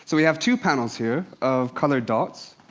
so we have two panels here, of colored dots.